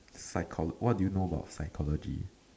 psycho what do you know about psychology